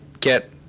get